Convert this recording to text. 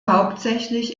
hauptsächlich